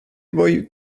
boy